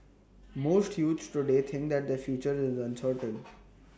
most youths today think that their future is uncertain